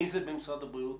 מי זה במשרד הבריאות?